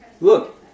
look